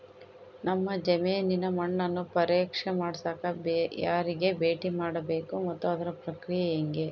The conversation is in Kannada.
ನಮ್ಮ ಜಮೇನಿನ ಮಣ್ಣನ್ನು ಪರೇಕ್ಷೆ ಮಾಡ್ಸಕ ಯಾರಿಗೆ ಭೇಟಿ ಮಾಡಬೇಕು ಮತ್ತು ಅದರ ಪ್ರಕ್ರಿಯೆ ಹೆಂಗೆ?